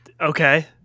Okay